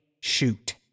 shoot